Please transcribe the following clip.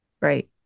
Right